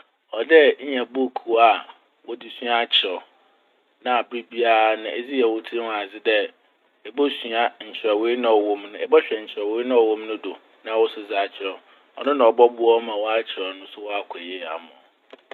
Ɔwɔ dɛ inya bukuu a wɔdze sua akyerɛw. Na aber biara no edze yɛ wo tsir ho adze dɛ ebosua nkyerɛwee a ɔwɔ mu no ebɔhwɛ nkyerɛwee a ɔwɔ mu no do na woso dze akyerɛw. Ɔno na ɔboa ma ɔakyerɛw no so akɔ yie ama wo.